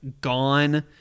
gone